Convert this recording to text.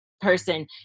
person